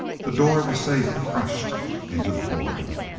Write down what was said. the door of the safe crushed into the flooring.